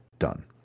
done